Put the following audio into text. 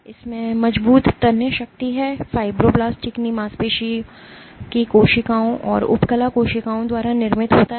इसमें मजबूत तन्य शक्ति है यह फाइब्रोब्लास्ट्स चिकनी मांसपेशियों की कोशिकाओं और उपकला कोशिकाओं द्वारा निर्मित होता है